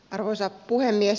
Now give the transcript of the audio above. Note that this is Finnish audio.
arvoisa puhemies